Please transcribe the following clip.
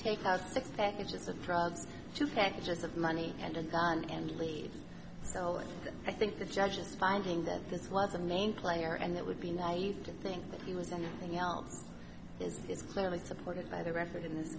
take out six packages of drugs two packages of money and a gun and leave so i think the judge is finding that this was a main player and it would be naive to think that he was anything else is clearly supported by the record in th